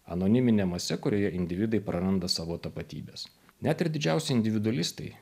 anonimine mase kurioje individai praranda savo tapatybes net ir didžiausi individualistai